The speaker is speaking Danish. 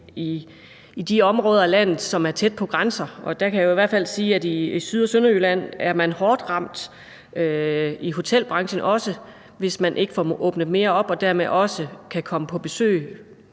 i de områder af landet, som er tæt på grænser. Der kan jeg jo i hvert fald sige, at man i Syd- og Sønderjylland er hårdt ramt i hotelbranchen, hvis man ikke får åbnet mere op, så der dermed også kan komme nogen på besøg